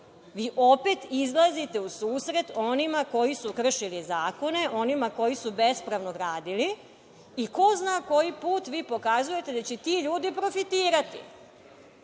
Vi opet izlazite u susret onima koji su kršili zakone, onima koji su bespravno gradili i ko zna koji put pokazujete da će ti ljudi profitirati